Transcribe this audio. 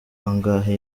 angahe